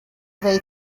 they